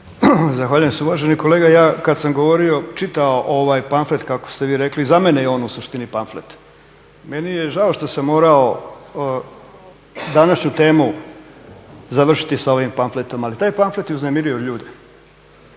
Zahvaljujem se. Uvaženi kolega, ja kad sam govorio, čitao ovaj pamflet, kako ste vi rekli, za mene je on u suštini pamflet. Meni je žao što sam morao današnju temu završiti sa ovim pamfletom, ali taj pamflet je uznemirio ljude.